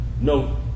No